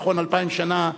נכון, אלפיים שנה.